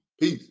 Peace